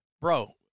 Bro